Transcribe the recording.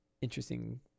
interesting